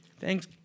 Thanks